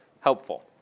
helpful